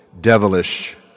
devilish